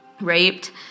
raped